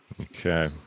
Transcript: Okay